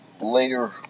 Later